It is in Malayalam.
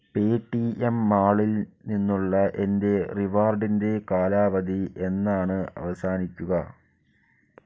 പേടിഎം മാളിൽ നിന്നുള്ള എൻ്റെ റിവാർഡിൻ്റെ കാലാവധി എന്നാണ് അവസാനിക്കുക